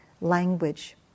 language